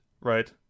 right